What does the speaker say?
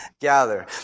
gather